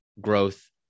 growth